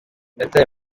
yatawe